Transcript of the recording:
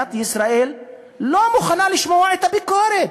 מדינת ישראל לא מוכנה לשמוע את הביקורת